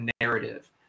narrative